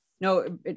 no